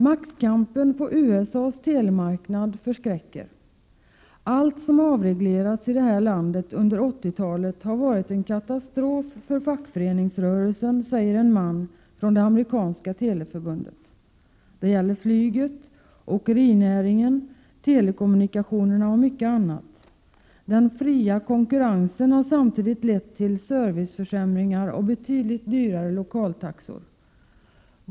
Maktkampen på USA:s telemarknad förskräcker. ”Allt som avreglerats i det här landet under 80-talet har varit en katastrof för fackföreningsrörel en”, säger en man från det amerikanska teleförbundet. Det gäller flyget, åkerinäringen, telekommunikationerna och mycket annat. Den fria konkurrensen har samtidigt lett till serviceförsämringar och betydligt dyrare lokaltaxor.